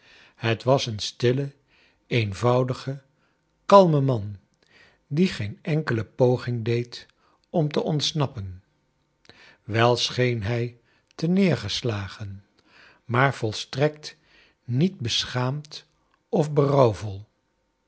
het was een stille eenvoudige kalme man die geen enkele poging deed om te ontsnappen wel scheen hij teneergeslagen maar volstrekt niet beschaarnd of berouwvol